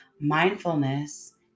mindfulness